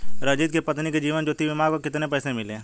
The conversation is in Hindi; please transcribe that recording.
रंजित की पत्नी को जीवन ज्योति बीमा के कितने पैसे मिले?